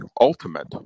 ultimate